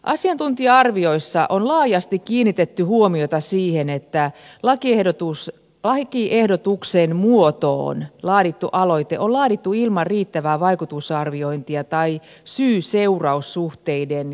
asiantuntija arvioissa on laajasti kiinnitetty huomiota siihen että lakiehdotuksen muotoon laadittu aloite on laadittu ilman riittävää vaikutusarviointia tai syyseuraus suhteiden käsittelyä